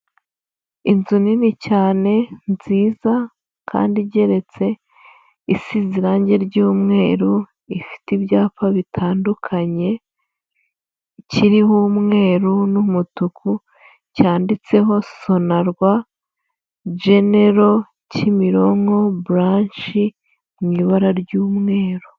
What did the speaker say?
Inzu nini cyane nziza kandi igereretse isize irange ry'umweru ifite ibyapa bitandukanye, kiriho umweru n'umutuku cyanditseho Sonarwa genero Kimironko buranshi mu ibara ry'umweru.